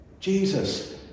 Jesus